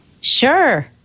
Sure